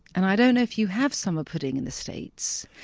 and i don't know if you have summer pudding in the states,